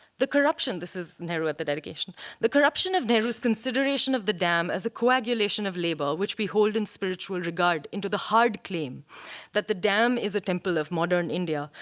the corruption this is nehru at the dedication the corruption of nehru's consideration of the dam as a coagulation of labor which we hold in spiritual regard into the hard claim that the dam is a temple of modern india,